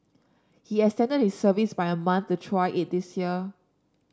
he extended his service by a month to try it this year